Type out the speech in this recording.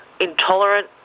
intolerant